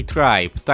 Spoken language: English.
Tribe